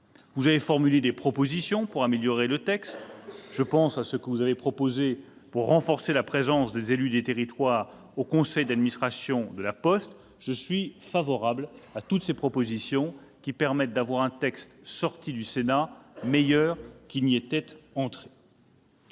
Vous avez formulé des propositions pour améliorer le texte, notamment celle qui vise à renforcer la présence des élus des territoires au conseil d'administration de La Poste. Je suis favorable à tout ce qui permettra d'obtenir un texte sorti du Sénat meilleur qu'il n'y était entré.